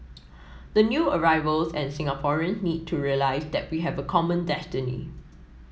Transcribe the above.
the new arrivals and Singaporean need to realise that we have a common destiny